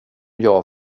jag